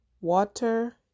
water